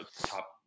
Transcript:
top